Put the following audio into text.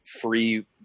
free